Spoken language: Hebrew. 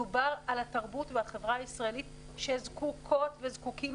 מדובר על התרבות ועל החברה הישראלית שזקוקות וזקוקים